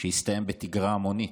שהסתיים בתגרה המונית.